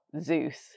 Zeus